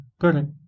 correct